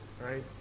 right